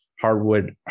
Hardwood